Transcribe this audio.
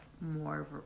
more